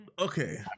Okay